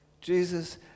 Jesus